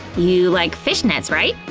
you like fish nets, right?